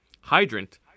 Hydrant